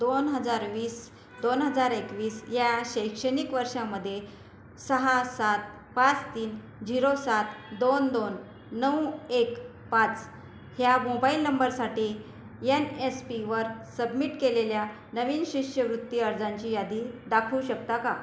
दोन हजार वीस दोन हजार एकवीस या शैक्षणिक वर्षामध्ये सहा सात पाच तीन झिरो सात दोन दोन नऊ एक पाच ह्या मोबाईल नंबरसाठी यन एस पीवर सबमिट केलेल्या नवीन शिष्यवृत्ती अर्जांची यादी दाखवू शकता का